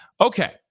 Okay